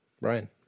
Brian